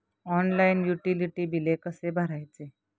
Online utility बिले कसे भरायचे?